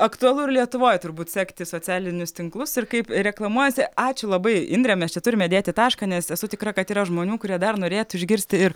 aktualu ir lietuvoje turbūt sekti socialinius tinklus ir kaip reklamuojasi ačiū labai indre mes čia turime dėti tašką nes esu tikra kad yra žmonių kurie dar norėtų išgirsti ir